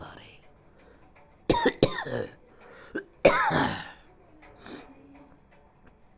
ಡೇಟಾವನ್ನು stock exchange feed broker ಮತ್ತು dealer desk ಅಥವಾ ರೆಗ್ಯುಲೇಟರಿ ಫೈಲಿಂಗ್ ಮೂಲಗಳಿಂದ ಸಂಗ್ರಹಿಸ್ತಾರ